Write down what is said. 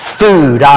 food